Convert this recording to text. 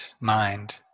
mind